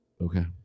Okay